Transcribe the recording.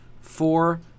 Four